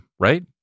Right